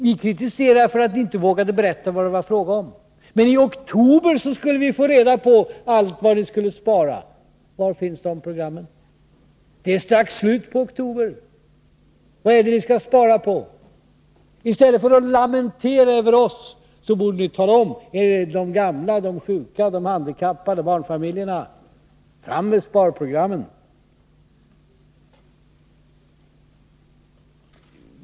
Vi kritiserade er för att ni inte vågade berätta på vilka områden ni vill spara. I oktober skulle vi få reda på det. Var finns de programmen? Det är strax slut på oktober — vad är det ni skall spara på? I stället för att lamentera över oss borde ni tala om det — är det utgifterna för de gamla, de sjuka, de handikappade, barnfamiljerna? Fram med sparprogrammen!